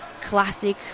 classic